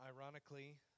ironically